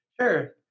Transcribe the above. Sure